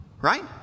right